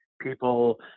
people